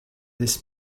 this